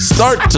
Start